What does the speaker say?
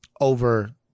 over